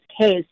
case